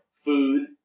Food